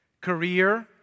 career